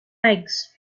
eggs